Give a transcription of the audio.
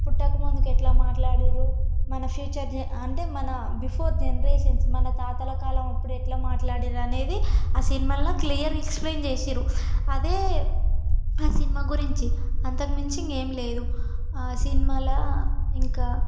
పుట్టక ముందుకు ఎట్లా మాట్లాడిర్రు మన ఫ్యూచర్ అంటే మన బిఫోర్ జనరేషన్స్ మన తాతల కాలం అప్పుడు ఎట్లా మాట్లాడిర్రు అనేది ఆ సినిమాలో క్లియర్గా ఎక్స్ప్లెయిన్ చేసిర్రు అదే ఆ సినిమా గురించి అంతకుమించి ఇంకేం లేదు ఆ సినిమాల ఇంకా